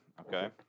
okay